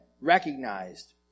recognized